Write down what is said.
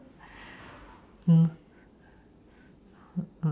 mm mm